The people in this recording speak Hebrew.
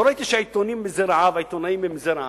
לא ראיתי שהעיתונאים הם מזי רעב.